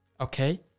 Okay